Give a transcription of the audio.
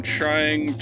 trying